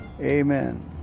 Amen